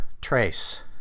trace